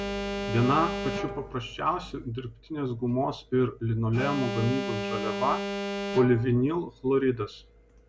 viena pačių paprasčiausių dirbtinės gumos ir linoleumo gamybos žaliava polivinilchloridas